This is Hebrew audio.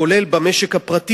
כולל בשוק הפרטי,